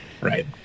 right